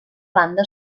banda